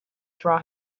draw